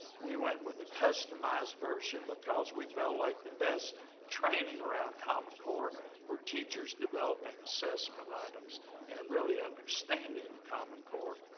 we went with the customized version because we felt like the best training around common core were teachers developing assessment items and really understanding the common core.